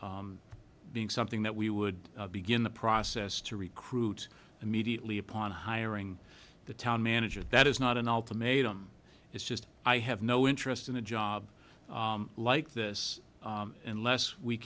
being something that we would begin the process to recruit immediately upon hiring the town manager that is not an ultimatum it's just i have no interest in a job like this unless we